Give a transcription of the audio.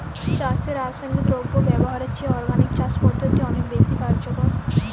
চাষে রাসায়নিক দ্রব্য ব্যবহারের চেয়ে অর্গানিক চাষ পদ্ধতি অনেক বেশি কার্যকর